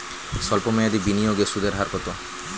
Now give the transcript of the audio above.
সল্প মেয়াদি বিনিয়োগে সুদের হার কত?